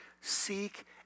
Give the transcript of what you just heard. seek